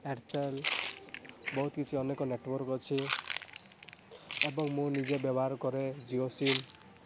ଏୟାରସେଲ୍ ବହୁତ କିଛି ଅନେକ ନେଟୱାର୍କ୍ ଅଛି ଏବଂ ମୁଁ ନିଜେ ବ୍ୟବହାର କରେ ଜିଓ ସିମ୍